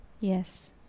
Yes